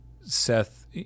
Seth –